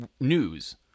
news